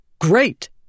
Great